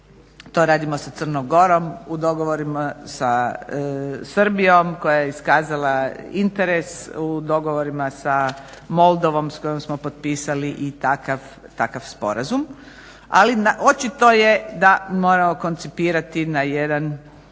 To radimo sa Crnom Gorom, u dogovorima smo sa Srbijom koja je iskazala interes, u dogovorima sa Moldovom s kojom smo potpisali i takav sporazum. Ali, očito je da moramo koncipirati na jedan